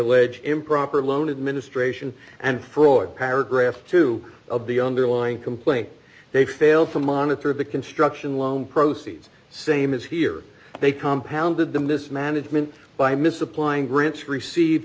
allege improper loan administration and freud paragraph two of the underlying complaint they failed to monitor the construction loan proceeds same as here they compound did the mismanagement by misapplying grants receive